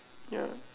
ya